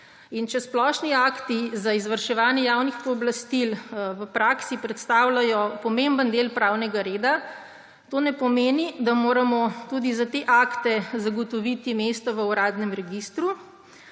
če splošni akti za izvrševanje javnih pooblastil v praksi predstavljajo pomemben del pravnega reda, to ne pomeni, da moramo tudi za te akte zagotoviti mesto v uradnem registru.